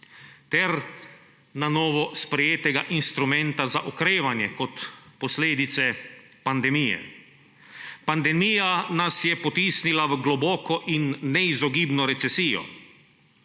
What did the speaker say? ter na novo sprejetega instrumenta za okrevanje kot posledice pandemije. Pandemija nas je potisnila v globoko in neizogibno recesijo,